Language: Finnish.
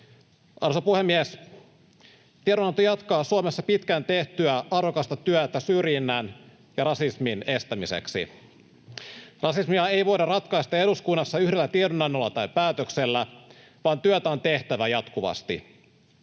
Arvoisa puhemies! Tiedonanto jatkaa Suomessa pitkään tehtyä arvokasta työtä syrjinnän ja rasismin estämiseksi. Rasismia ei voida ratkaista eduskunnassa yhdellä tiedonannolla tai päätöksellä, vaan työtä on tehtävä jatkuvasti.